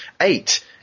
Eight